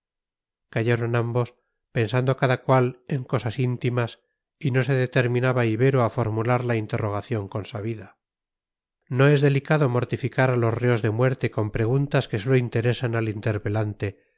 callaron ambos pensando cada cual en cosas íntimas y no se determinaba ibero a formular la interrogación consabida no es delicado mortificar a los reos de muerte con preguntas que sólo interesan al interpelante